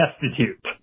destitute